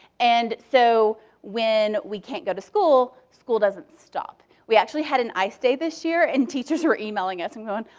and so when we can't go to school, school doesn't stop. we actually had an ice day this year and teachers were emailing us and going,